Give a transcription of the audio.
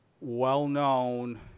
well-known